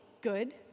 good